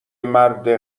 مرد